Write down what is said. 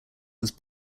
was